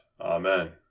Amen